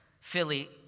Philly